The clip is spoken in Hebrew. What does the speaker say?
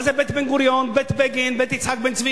מה זה בית בן-גוריון, בית בגין, בית יצחק בן-צבי?